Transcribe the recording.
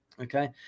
Okay